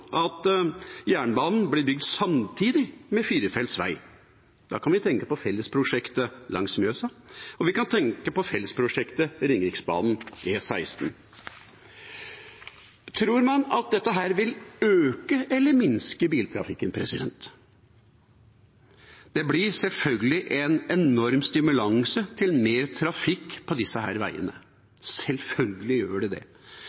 blir jernbanen bygd samtidig med firefelts vei. Da kan vi tenke på fellesprosjektet langs Mjøsa, og vi kan tenke på fellesprosjektet Ringeriksbanen/E16. Tror man at dette vil øke eller minske biltrafikken? Det blir selvfølgelig en enorm stimulans til mer trafikk på disse veiene. Selvfølgelig gjør det det.